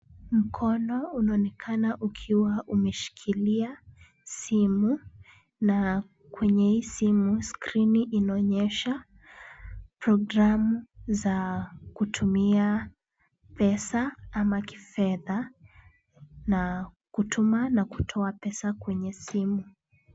Mkono unaonekana ukiwa umeshikilia simu na kwenye hii simu skrini inaonyesha programme za kutumia pesa ama kifedha na kutuma na kutoa pesa kwenye simu.